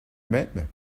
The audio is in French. même